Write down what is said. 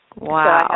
Wow